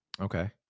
okay